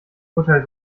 urteil